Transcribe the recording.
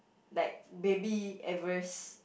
like baby Everest